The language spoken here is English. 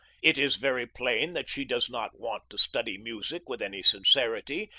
it is very plain that she does not want to study music with any sincerity,